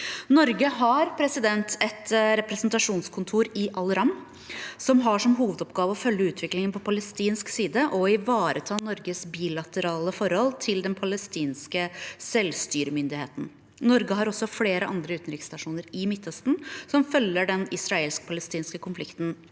Norge har et representasjonskontor i Al Ram, som har som hovedoppgave å følge utviklingen på palestinsk side og ivareta Norges bilaterale forhold til den palestin ske selvstyremyndigheten. Norge har også flere andre utenriksstasjoner i Midtøsten, som følger den israelskpalestinske konflikten